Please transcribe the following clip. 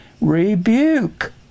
rebuke